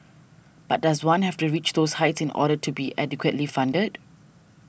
but does one have to reach those heights order to be adequately funded